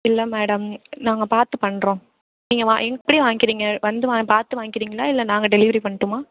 இல்லை மேடம் நாங்கள் பார்த்து பண்ணுறோம் நீங்கள் எப்படி வாங்கிக்கிறிங்க வந்து பார்த்து வாங்கிக்கிறிங்களா இல்லை நாங்கள் டெலிவரி பண்ணட்டுமா